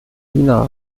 wiener